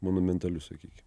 monumentalius sakykim